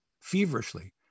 feverishly